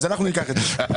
אז אנחנו ניקח את זה.